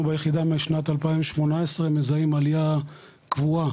אנחנו ביחידה משנת 2018 מזהים עלייה קבועה